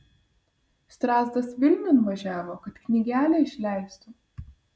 strazdas vilniun važiavo kad knygelę išleistų